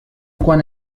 quan